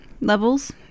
levels